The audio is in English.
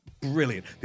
brilliant